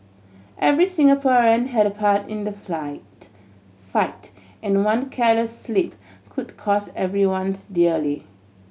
every Singaporean had a part in the flight fight and one careless slip could cost everyone's dearly